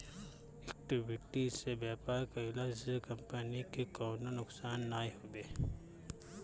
equity से व्यापार कईला से कंपनी के कवनो नुकसान नाइ हवे